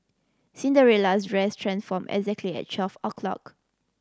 Cinderella's dress transformed exactly at twelve o'clock